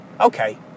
Okay